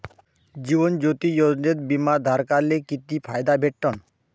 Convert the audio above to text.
जीवन ज्योती योजनेत बिमा धारकाले किती फायदा भेटन?